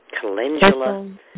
calendula